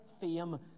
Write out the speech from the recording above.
fame